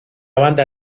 banda